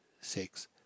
six